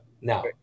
Now